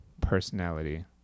Personality